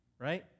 right